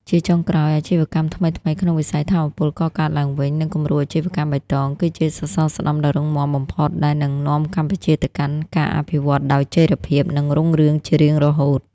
ជាចុងក្រោយ អាជីវកម្មថ្មីៗក្នុងវិស័យថាមពលកកើតឡើងវិញ និងគំរូអាជីវកម្មបៃតង គឺជាសសរស្តម្ភដ៏រឹងមាំបំផុតដែលនឹងនាំកម្ពុជាទៅកាន់ការអភិវឌ្ឍដោយចីរភាព និងរុងរឿងជារៀងរហូត។